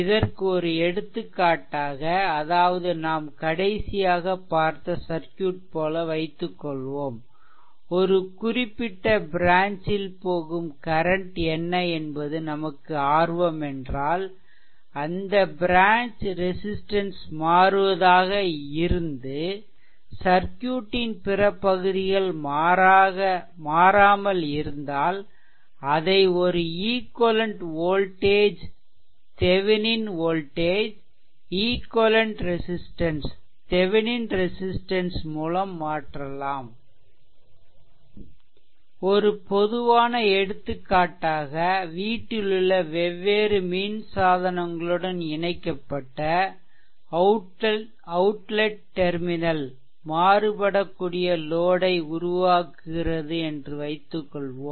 இதற்கு ஒரு எடுத்துக்காட்டாக அதாவது நாம் கடைசியாக பார்த்த சர்க்யூட் போல வைத்துக் கொள்வோம் ஒரு குறிப்பிட்ட ப்ரான்ச் ல் போகும் கரன்ட் என்ன என்பது நமக்கு ஆர்வம் என்றால் அந்த ப்ரான்ச் ரெசிஸ்ட்டன்ஸ் மாறுவதாக இருந்து சர்க்யூட்டின் பிற பகுதிகள் மாறாமல் இருந்தால் அதை ஒரு equivalent voltage Thevenin voltage equivalent resistance Thevenin resistance மூலம் மாற்றலாம் ஒரு பொதுவான எடுத்துக்காட்டாக வீட்டிலுள்ள வெவ்வேறு மின் சாதனங்களுடன் இணைக்கப்பட்ட அவுட்லெட் டெர்மினல் மாறுபடக்கூடிய லோட் ஐ உருவாக்குகிறது என்று வைத்துக் கொள்வோம்